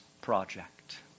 project